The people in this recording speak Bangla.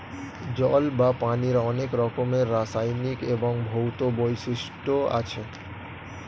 জল বা পানির অনেক রকমের রাসায়নিক এবং ভৌত বৈশিষ্ট্য আছে